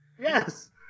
Yes